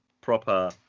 proper